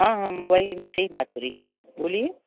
हाँ हाँ हम मोबाइल ले गए उससे ही बात हो रही बोलिए